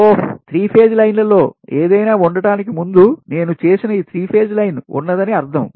ఓహ్ three page లైన్లలో ఏదైనా ఉండటానికి ముందు నేను చేసిన ఈ 3 పేజ్ లైన్ ఉన్నదని అర్థం